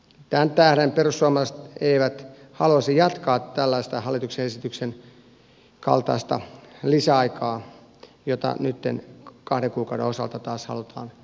tämän tähden perussuomalaiset eivät haluaisi jatkaa tällaista hallituksen esityksen kaltaista lisäaikaa jota nyt kahden kuukauden osalta taas halutaan jatkaa